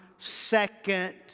second